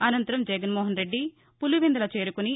అనంతరం జగన్మోహన్రెడ్డి పులివెందుల చేరుకుని